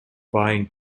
buying